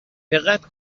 دقت